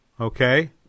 Okay